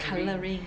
colouring